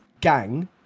gang